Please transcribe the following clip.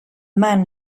man